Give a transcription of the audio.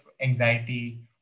anxiety